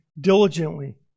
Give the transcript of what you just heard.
diligently